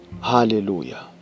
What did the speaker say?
Hallelujah